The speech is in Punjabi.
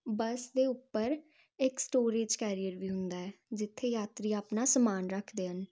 ਬੱਸ ਦੇ ਉੱਪਰ ਇੱਕ ਸਟੋਰੇਜ ਕੈਰੀਅਰ ਵੀ ਹੁੰਦਾ ਹੈ ਜਿੱਥੇ ਯਾਤਰੀ ਆਪਣਾ ਸਮਾਨ ਰੱਖਦੇ ਹਨ